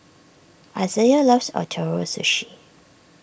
Isaiah loves Ootoro Sushi